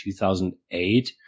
2008